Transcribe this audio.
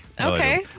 Okay